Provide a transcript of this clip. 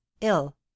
ill